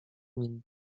nim